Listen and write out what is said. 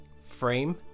Frame